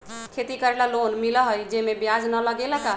खेती करे ला लोन मिलहई जे में ब्याज न लगेला का?